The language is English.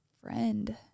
friend